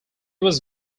was